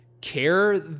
care